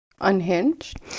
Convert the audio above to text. unhinged